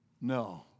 No